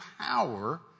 power